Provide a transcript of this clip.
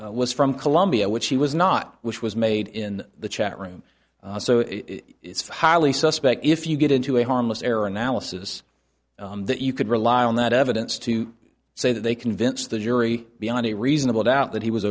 defendant was from colombia which he was not which was made in the chat room so it's highly suspect if you get into a harmless error analysis that you could rely on that evidence to say that they convince the jury beyond a reasonable doubt that he was